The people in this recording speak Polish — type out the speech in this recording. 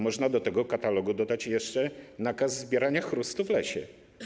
Można do tego katalogu dodać jeszcze nakaz zbierania chrustu w lesie.